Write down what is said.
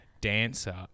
dancer